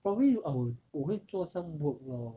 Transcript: probably I would 我会做 some work lol